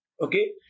okay